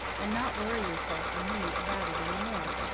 and not worry yourself and me about it any more.